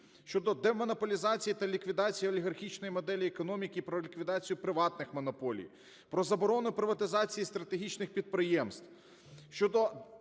щодо демонополізації та ліквідації олігархічної моделі економіки; про ліквідацію приватних монополій; про заборону приватизації стратегічних підприємств,